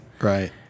right